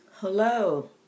Hello